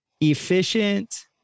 efficient